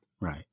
Right